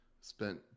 spent